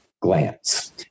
glance